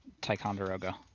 Ticonderoga